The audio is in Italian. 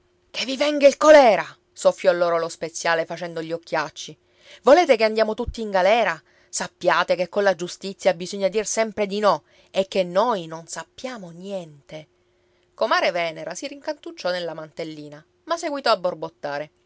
che vi venga il colèra soffiò loro lo speziale facendo gli occhiacci volete che andiamo tutti in galera sappiate che colla giustizia bisogna dir sempre di no e che noi non sappiamo niente comare venera si rincantucciò nella mantellina ma seguitò a borbottare